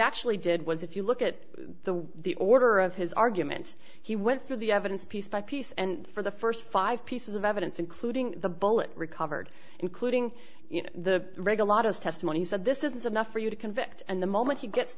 actually did was if you look at the way the order of his argument he went through the evidence piece by piece and for the first five pieces of evidence including the bullet recovered including the regular lot of testimony he said this is enough for you to convict and the moment he gets